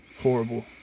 horrible